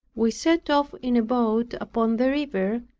we set off in a boat upon the river,